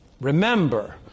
Remember